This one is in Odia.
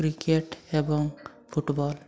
କ୍ରିକେଟ୍ ଏବଂ ଫୁଟବଲ୍